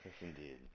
indeed